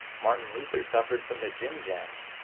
martin luther suffered from the jim-jams.